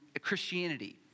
Christianity